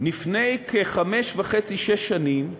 לפני כחמש שנים וחצי, שש שנים,